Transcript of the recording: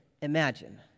imagine